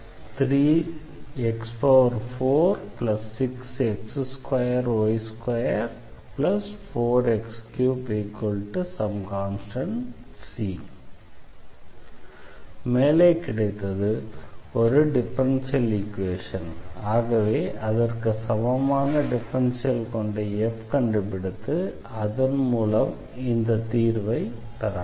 தீர்வு 3x46x2y24x3c மேலே கிடைத்தது இது ஒரு எக்ஸாக்ட் டிஃபரன்ஷியல் ஈக்வேஷன் ஆகவே அதற்கு சமமான டிஃபரன்ஷியல் கொண்ட f கண்டுபிடித்து அதன் மூலம் இந்த தீர்வைப் பெறலாம்